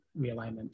realignment